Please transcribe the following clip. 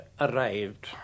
arrived